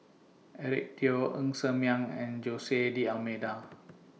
Eric Teo Ng Ser Miang and Jose D'almeida